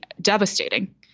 devastating